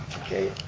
okay.